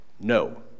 No